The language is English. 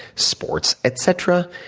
sports, etc.